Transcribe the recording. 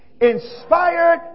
Inspired